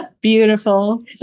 beautiful